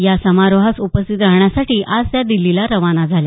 या समारोहास उपस्थित राहण्यासाठी आज त्या दिल्लीला रवाना झाल्या